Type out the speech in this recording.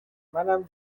منم